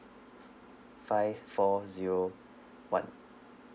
five four zero one